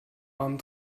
arm